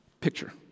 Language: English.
Picture